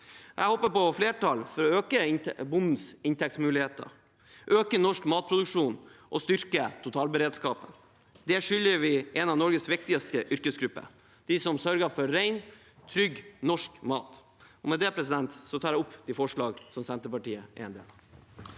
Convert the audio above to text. Jeg håper på flertall for å øke bondens inntektsmuligheter, øke norsk matproduksjon og styrke totalberedskapen. Det skylder vi en av Norges viktigste yrkesgrupper: de som sørger for ren, trygg norsk mat. Med det tar jeg opp forslaget Senterpartiet er med på.